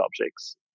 objects